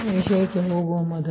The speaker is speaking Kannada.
ಮುಂದಿನದು ಬರುವ ಮೊದಲು